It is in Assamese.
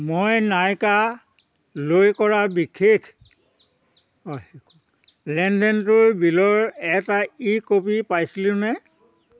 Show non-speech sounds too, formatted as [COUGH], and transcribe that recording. মই নাইকা লৈ কৰা বিখেখ [UNINTELLIGIBLE] লেনদেনটোৰ বিলৰ এটা ই কপি পাইছিলোঁ নে